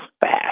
fast